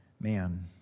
man